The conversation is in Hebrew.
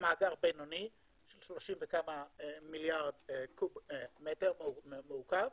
מאגר בינוני של 30 וכמה קוב מיליארד מטר מעוקב,